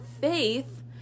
faith